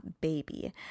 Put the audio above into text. baby